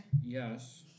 yes